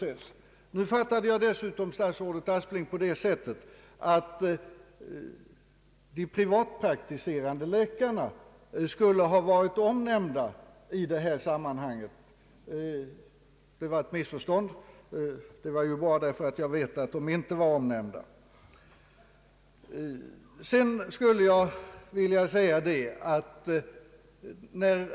Jag uppfattade dessutom «statsrådet Asplings anförande så att de privatpraktiserande läkarna skulle vara omnämnda i detta sammanhang. Det var nu ett missförstånd, och det var bra att detta klarades upp eftersom jag vet att dessa läkare inte omnämndes i sammanhanget.